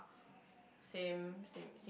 same same sim~